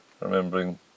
remembering